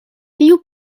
tiu